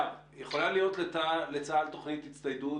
יכולה להיות לצה"ל תוכנית הצטיידות,